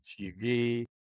TV